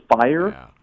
fire